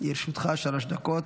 פורר, לרשותך שלוש דקות.